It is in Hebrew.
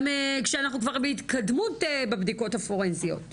גם כשאנחנו כבר בהתקדמות בבדיקות הפורנזיות.